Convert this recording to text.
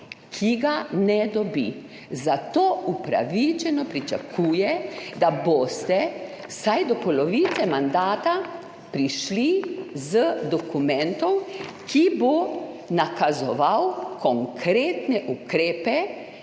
ki ga ne dobi. Zato upravičeno pričakuje, da boste vsaj do polovice mandata prišli z dokumentom, ki bo nakazoval konkretne ukrepe